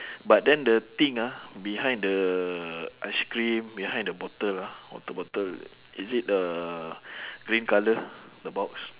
but then the thing ah behind the ice cream behind the bottle ah water bottle is it uh green colour the box